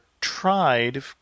tried